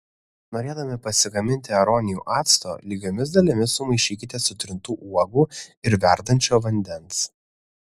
norėdami pasigaminti aronijų acto lygiomis dalimis sumaišykite sutrintų uogų ir verdančio vandens